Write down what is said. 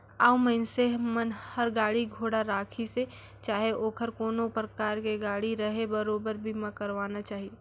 अउ मइनसे मन हर गाड़ी घोड़ा राखिसे चाहे ओहर कोनो परकार के गाड़ी रहें बरोबर बीमा करवाना चाही